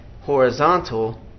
horizontal